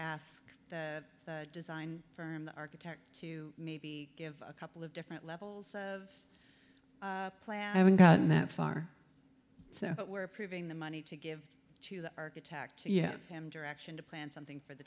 ask the design firm the architect to maybe give a couple of different levels of play i haven't gotten that far so we're approving the money to give to the architect you know him direction to plan something for the